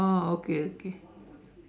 oh okay okay